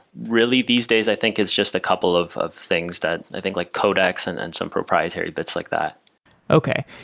really these days, i think is just a couple of of things that i think like codex and and some proprietary bits like that okay.